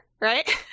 right